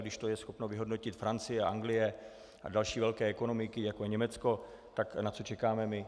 Když to je schopna vyhodnotit Francie, Anglie a další velké ekonomiky jako Německo, tak na co čekáme my?